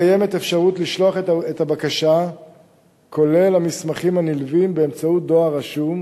קיימת אפשרות לשלוח את הבקשה כולל המסמכים הנלווים באמצעות דואר רשום.